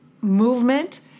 movement